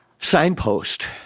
signpost